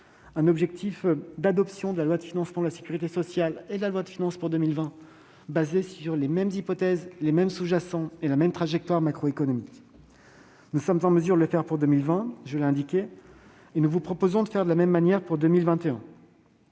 et d'adoption de la loi de financement de la sécurité sociale et la loi de finances pour 2020 avec les mêmes hypothèses, les mêmes sous-jacents et la même trajectoire macroéconomique. Nous sommes en mesure de le faire pour 2020 et nous vous proposons de faire de la même manière pour 2021.